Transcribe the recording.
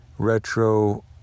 Retro